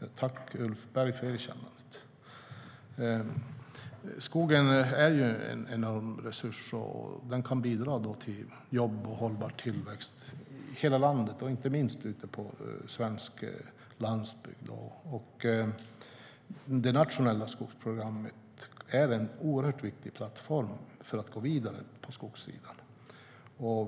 dem. Tack, Ulf Berg, för erkännandet! Skogen är en enorm resurs. Den kan bidra till jobb och hållbar tillväxt i hela landet, inte minst ute på svensk landsbygd. Det nationella skogsprogrammet är en oerhört viktig plattform för att gå vidare på skogssidan.